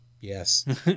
yes